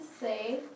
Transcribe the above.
say